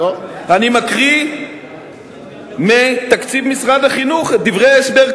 אני מקריא מתקציב משרד החינוך את דברי ההסבר,